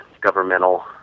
governmental